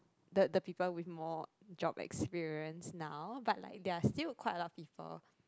the the people with more job experience now but like there are still quite a lot of people